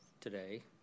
today